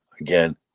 again